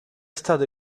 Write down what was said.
stato